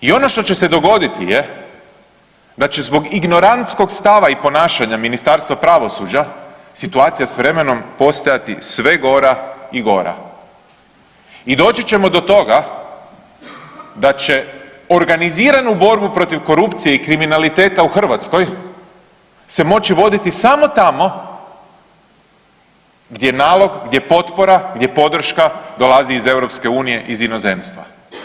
I ono što će se dogoditi je da će zbog ignorantskog stava i ponašanja Ministarstva pravosuđa situacija s vremenom postojati sve gora i gora i doći ćemo do toga da će organiziranu borbu protiv korupcije i kriminaliteta u Hrvatskoj se moći voditi samo tamo gdje nalog, gdje potpora, gdje podrška dolazi iz Europske unije, iz inozemstva.